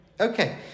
Okay